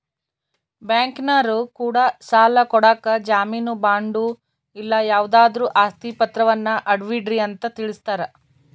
ಬ್ಯಾಂಕಿನರೊ ಕೂಡ ಸಾಲ ಕೊಡಕ ಜಾಮೀನು ಬಾಂಡು ಇಲ್ಲ ಯಾವುದಾದ್ರು ಆಸ್ತಿ ಪಾತ್ರವನ್ನ ಅಡವಿಡ್ರಿ ಅಂತ ತಿಳಿಸ್ತಾರ